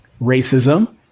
racism